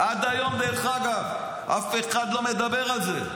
עד היום, דרך אגב, אף אחד לא מדבר על זה,